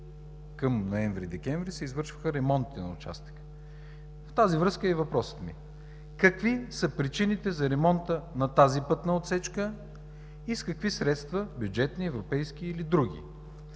Към ноември – декември се извършиха ремонти на участъка. В тази връзка е и въпросът ми: какви са причините за ремонта на тази пътна отсечка и с какви средства – бюджетни, европейски или други?